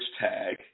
tag